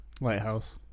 Lighthouse